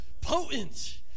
potent